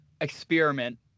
experiment